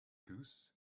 goose